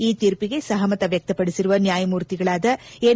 ಈ ತೀರ್ಪಿಗೆ ಸಹಮತ ವ್ಯಕ್ತಪಡಿಸಿರುವ ನ್ಯಾಯಮೂರ್ತಿಗಳಾದ ಎನ್